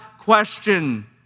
question